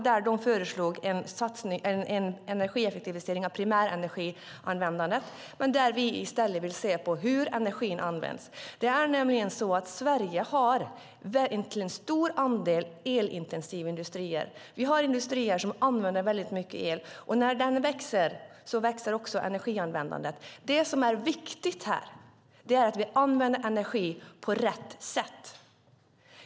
Det föreslog en energieffektivisering av primärenergianvändandet. Där vill vi i stället se på hur energin används. Sverige har en stor andel elintensiva industrier. Vi har industrier som använder väldigt mycket el. När de växer så växer också energianvändandet. Det som är viktigt är att vi använder energi på rätt sätt.